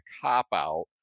cop-out